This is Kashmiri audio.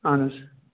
اَہَن حظ